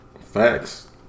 facts